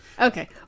Okay